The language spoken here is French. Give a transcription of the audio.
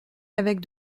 avec